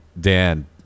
Dan